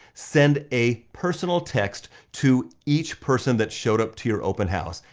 send a personal text to each person that showed up to your open house.